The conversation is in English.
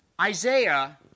Isaiah